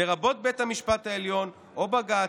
לרבות בית המשפט העליון או בג"ץ,